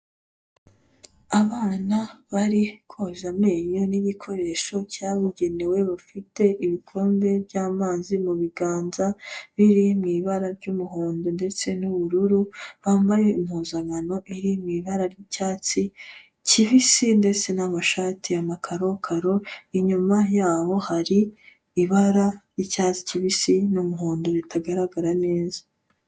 Abana bari koza amenyo n'igikoresho cyabugenewe bafite ibikombe by'amazi mu biganza, biri mu ibara ry'umuhondo ndetse n'ubururu, bambaye impuzankano iri mu ibara ry'icyatsi kibisi ndetse n'amashati ya makarokaro, inyuma yaho hari ibara ry'icyatsi kibisi n'umuhondo bitagaragara neza.